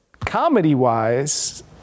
comedy-wise